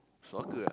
soccer ah